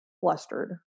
flustered